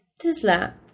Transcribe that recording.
Tesla